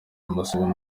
amasabune